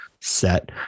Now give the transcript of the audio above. set